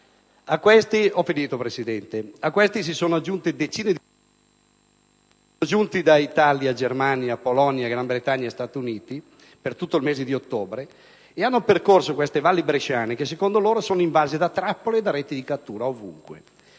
A questi si sono aggiunte decine di volontari giunti da Italia, Germania, Polonia, Gran Bretagna e Stati Uniti, che per tutto il mese di ottobre hanno percorso le valli bresciane, a loro avviso invase da trappole e da reti di cattura.